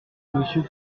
monsieur